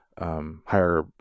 higher